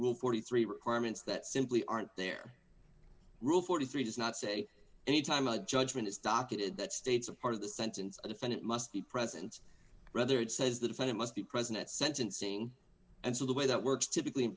will forty three requirements that simply aren't there rule forty three dollars does not say any time a judgment is docketed that states a part of the sentence a defendant must be present rather it says the defendant must be present at sentencing and so the way that works typically